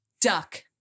Duck